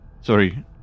Sorry